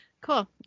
Cool